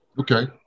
Okay